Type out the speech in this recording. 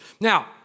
Now